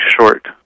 short